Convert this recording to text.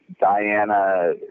Diana